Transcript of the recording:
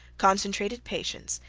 concentrated patience,